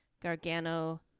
Gargano